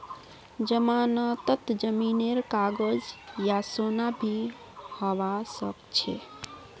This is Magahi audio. जमानतत जमीनेर कागज या सोना भी हबा सकछे